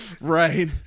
Right